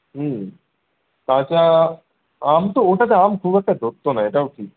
হুম কাঁচা আম তো ওটাতে আম খুব একটা ধরতো না এটাও ঠিক